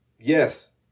Yes